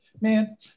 Man